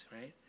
right